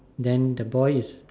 then the boy is